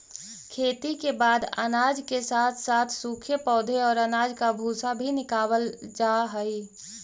खेती के बाद अनाज के साथ साथ सूखे पौधे और अनाज का भूसा भी निकावल जा हई